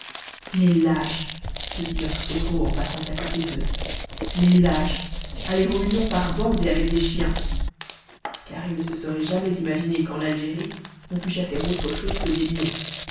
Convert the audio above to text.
les lâches se dit notre héros en passant à côté d'eux les lâches aller au lion par bandes et avec des chiens car il ne se serait jamais imaginé qu'en algérie on pût chasser autre chose que des lions